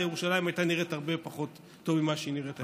ירושלים הייתה נראית הרבה פחות טוב ממה שהיא נראית היום.